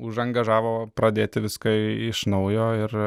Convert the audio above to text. užangažavo pradėti viską iš naujo ir